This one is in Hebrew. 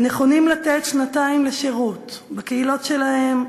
שנכונים לתת שנתיים לשירות בקהילות שלהם,